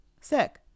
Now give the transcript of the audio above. Sick